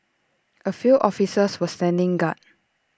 A few officers was standing guard